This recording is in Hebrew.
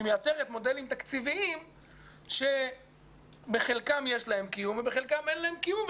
מייצרת מודלים תקציביים שבחלקם יש להם קיום ובחלקם אין להם קיום,